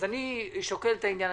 אז אני שוקל את העניין.